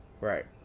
Right